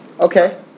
Okay